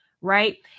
right